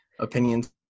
Opinions